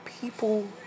people